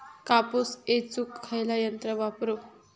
कापूस येचुक खयला यंत्र वापरू?